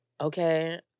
okay